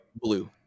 Blue